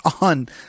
on